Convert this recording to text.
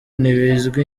ntibizwi